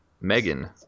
Megan